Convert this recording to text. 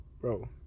bro